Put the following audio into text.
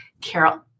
Carol